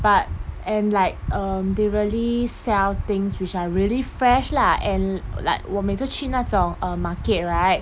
but and like um they really sell things which are really fresh lah and like 我每次去那种 uh market right